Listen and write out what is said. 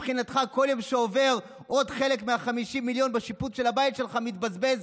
מבחינתך כל יום שעובר ועוד חלק מ-50 מיליון בשיפוץ של הבית שלך מתבזבז,